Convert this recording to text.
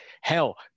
Hell